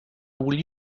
will